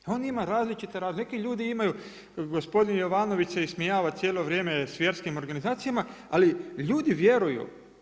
On ima različito, neki ljudi imaju, gospodin Jovanović se ismijava, cijelo vrijeme s vjerski organizacijama, ali ljudi vjeruju.